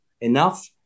enough